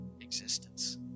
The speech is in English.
existence